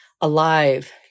alive